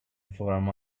from